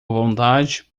vontade